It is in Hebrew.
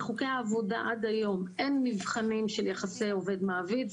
בחוקי העבודה עד היום אין מבחנים של יחסי עובד מעביד,